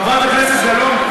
חברת הכנסת גלאון,